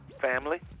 family